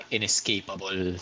Inescapable